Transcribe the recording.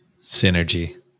Synergy